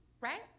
right